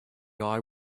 eye